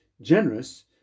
generous